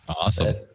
Awesome